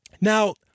now